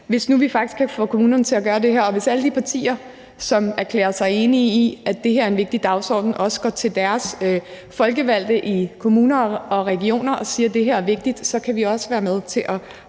Hvis nu vi faktisk kan få kommunerne til at gøre det her, og hvis alle de partier, som erklærer sig enige i, at det her er en vigtig dagsorden, også går til deres folkevalgte i kommuner og regioner og siger, at det her er vigtigt, kan vi også være med til at